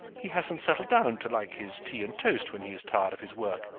he hasn't settled down to like his tea and toast when he is tired of his work,